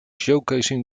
showcasing